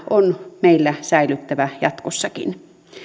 on meillä säilyttävä jatkossakin